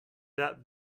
that